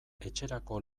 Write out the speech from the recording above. etxerako